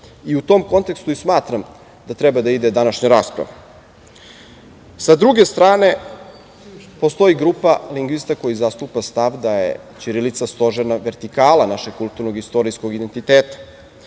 U tom kontekstu i smatram da treba da ide današnja rasprava. Sa druge strane, postoji grupa lingvista koji zastupa stav da je ćirilica stožerna vertikala našeg kulturnog istorijskog identiteta,